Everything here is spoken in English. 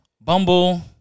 Bumble